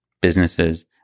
businesses